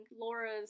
laura's